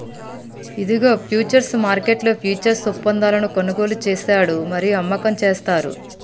ఇదిగో ఫ్యూచర్స్ మార్కెట్లో ఫ్యూచర్స్ ఒప్పందాలను కొనుగోలు చేశాడు మరియు అమ్మకం చేస్తారు